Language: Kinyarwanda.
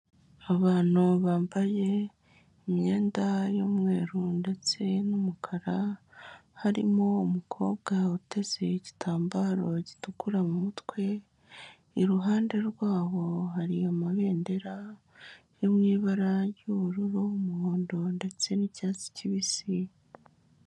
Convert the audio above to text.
Abantu bambaye imyenda y'umweru ndetse n'umukara harimo umukobwa uteze igitambaro gitukura mu mutwe, iruhande rwabo hari amabendera yo mu ibara ry'ubururu, umuhondo ndetse n'icyatsi kibisi.